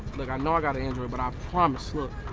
look, i know i got an android but i promise, look,